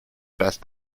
best